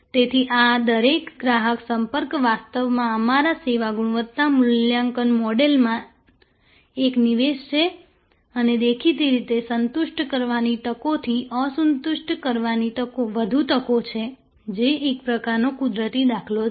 તેથી આ દરેક ગ્રાહક સંપર્ક વાસ્તવમાં અમારા સેવા ગુણવત્તા મૂલ્યાંકન મોડેલમાં એક નિવેશ છે અને દેખીતી રીતે સંતુષ્ટ કરવાની તકોથી અસંતુષ્ટ કરવાની વધુ તકો છે જે એક પ્રકારનો કુદરતી દાખલો છે